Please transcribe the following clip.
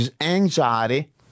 anxiety